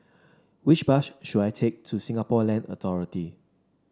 which bus should I take to Singapore Land Authority